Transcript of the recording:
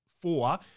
four